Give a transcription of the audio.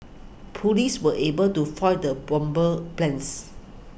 police were able to foil the bomber's plans